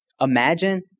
imagine